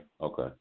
okay